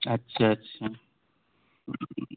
اچھا اچھا